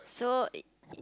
so it